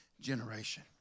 generation